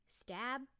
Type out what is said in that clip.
stab